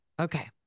Okay